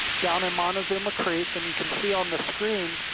down in montezuma creek and you can see on the screen,